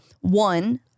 One